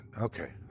Okay